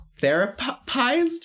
therapized